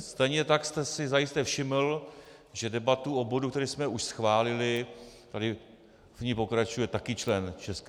Stejně tak jste si zajisté všiml, že v debatě o bodu, který jsme už schválili, tady v ní pokračuje také člen ČSSD.